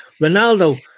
Ronaldo